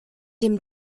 dem